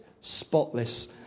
spotless